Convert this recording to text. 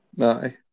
Aye